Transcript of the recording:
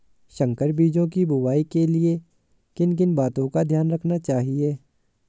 संकर बीजों की बुआई के लिए किन किन बातों का ध्यान रखना चाहिए?